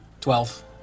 Twelve